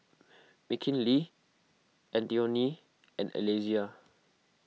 Mckinley Antione and Alesia